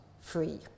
free